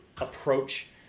approach